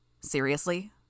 Seriously